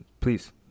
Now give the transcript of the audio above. please